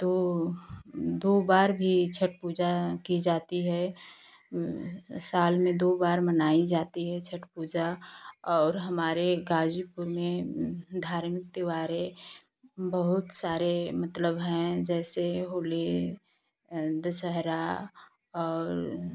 दो दो बार भी छठ पूजा की जाती है साल में दो बार मनाई जाती है छठ पूजा और हमारे गाजीपुर में धार्मिक त्योहार है बहुत सारे मतलब हैं जैसे होली दशहरा और